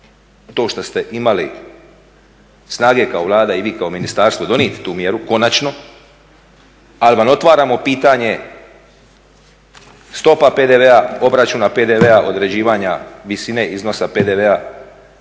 to što ste imali snage kao Vlada i vi kao ministarstvo donijeti tu mjeru, konačno, ali vam otvaramo pitanje, stopa PDV-a, obračuna PDV-a, određivanja visine iznosa PDV-a